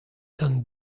d’an